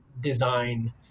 design